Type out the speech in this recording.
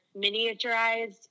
miniaturized